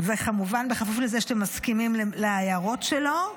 וכמובן בכפוף לזה שאתם מסכימים להערות שלו,